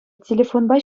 телефонпа